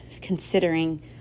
considering